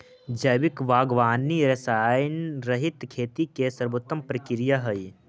जैविक बागवानी रसायनरहित खेती के सर्वोत्तम प्रक्रिया हइ